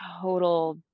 total